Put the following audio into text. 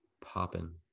popping